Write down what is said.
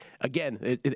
Again